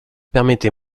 permettez